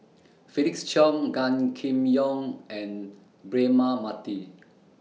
Felix Cheong Gan Kim Yong and Braema Mathi